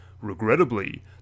Regrettably